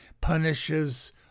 punishes